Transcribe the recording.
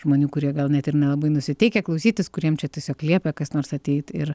žmonių kurie gal net ir nelabai nusiteikę klausytis kuriem čia tiesiog liepė kas nors ateit ir